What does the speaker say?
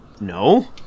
No